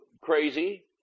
crazy